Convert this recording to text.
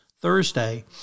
Thursday